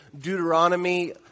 Deuteronomy